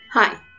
Hi